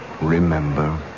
Remember